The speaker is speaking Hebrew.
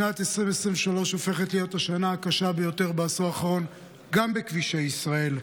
שנת 2023 הופכת להיות השנה הקשה ביותר בעשור האחרון גם בכבישי ישראל.